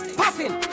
popping